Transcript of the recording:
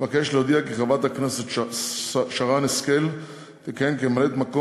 אבקש להודיע כי חברת הכנסת שרן השכל תכהן כממלאת-מקום